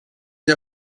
der